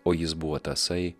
o jis buvo tasai